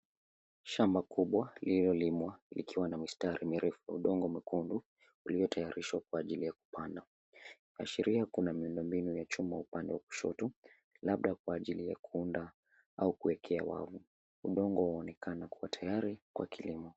Shamba kubwa lililolimwa likiwa na mistari mirefu na udongo mwekundu, uliotayarishwa kwa ajili ya kupanda. Ashiria kuna miundo mbinu ya chuma upande wa kushoto, labda kwa ajili ya kuunda au kuekewa, udongo unaonekana kuwa tayari kwa kilimo.